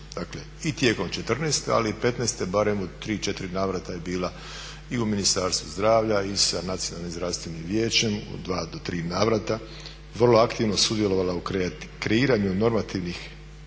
Dakle i tijekom '14.-te ali '15.-te barem u 3, 4 navrata je bila i u Ministarstvu zdravlja i sa Nacionalnim zdravstvenim vijećem u dva do tri navrata. Vrlo aktivno sudjelovala u kreiranju normativnih